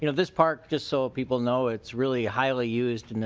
you know this park just so people know it's really highly used and